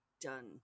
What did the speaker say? done